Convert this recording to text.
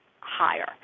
higher